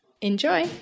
Enjoy